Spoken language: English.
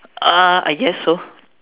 ah I guess so